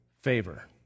favor